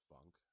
Funk